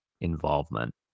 involvement